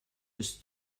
des